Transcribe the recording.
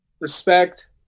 respect